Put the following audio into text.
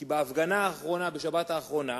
כי בהפגנה האחרונה בשבת האחרונה,